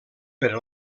per